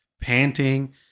panting